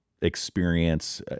experience